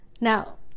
now